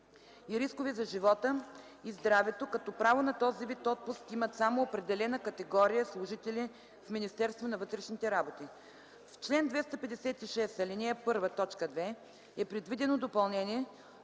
и рискове за живота и здравето, като право на този вид отпуск имат само определена категория служители в Министерството на вътрешните работи. В чл. 256, ал. 1, т. 2 е предвидено допълнение,